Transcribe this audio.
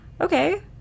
okay